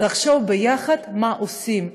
לחשוב ביחד מה עושים.